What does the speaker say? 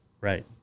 Right